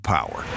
Power